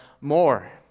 more